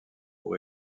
pour